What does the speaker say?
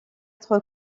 être